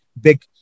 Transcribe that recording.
big